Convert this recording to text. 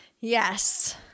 Yes